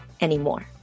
anymore